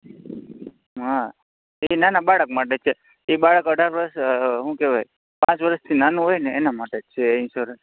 હા એ નાના બાળક માટે છે એ બાળક અઢાર વર્ષ હું કહેવાય પાંચ વર્ષથી નાનું હોય ને એના માટે જ છે એ ઇન્શ્યોરન્સ